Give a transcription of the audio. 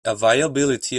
availability